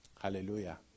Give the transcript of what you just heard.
Hallelujah